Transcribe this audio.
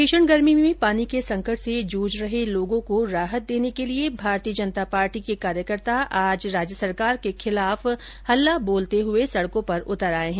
भीषण गर्मी में पानी के संकट से जूझ रहे लोगों को राहत देने के लिये भारतीय जनता पार्टी के कार्यकर्ता आज राज्य सरकार के खिलाफ हल्ला बोलते हुए सडको पर उतर आये है